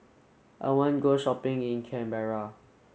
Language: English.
I want go shopping in Canberra